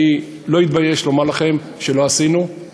אני לא אתבייש לומר לכם שלא עשינו,